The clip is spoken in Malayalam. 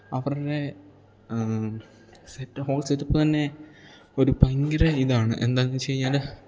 അവരുടെ സെറ്റ് ഹോൾ സെറ്റപ്പ് തന്നെ ഒരു ഭയങ്കര ഇതാണ് എന്താണെന്നു വെച്ചു കഴിഞ്ഞാൽ